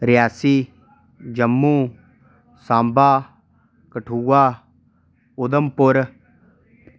Reasi Jammu Samba Kathua Udhampur